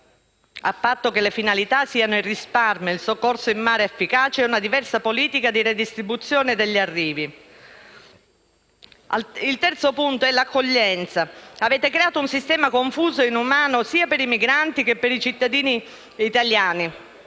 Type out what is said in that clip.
a patto che le finalità siano il risparmio, il soccorso in mare efficace e una diversa politica di redistribuzione degli arrivi. Il terzo punto è l'accoglienza. Avete creato un sistema confuso e inumano sia per i migranti che per i cittadini italiani,